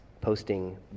posting